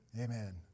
Amen